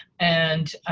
and